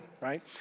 right